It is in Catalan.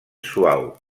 suau